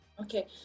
okay